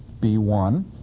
B1